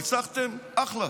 ניצחתם, אחלה.